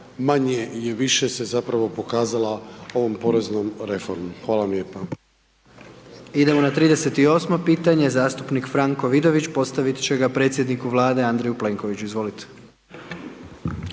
manje je više se zapravo pokazala ovom poreznom reformom. Hvala vam lijepa. **Jandroković, Gordan (HDZ)** Idemo na 38. pitanje zastupnik Franko Vidović postavit će ga predsjedniku Vlade Andreju Plenkoviću, izvolite.